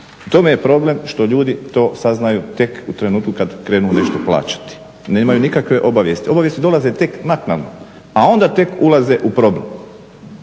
U tome je problem što ljudi to saznaju tek u trenutku kad krenu nešto plaćati. Nemaju nikakve obavijesti, obavijesti dolaze tek naknadno a onda tek ulaze u problem,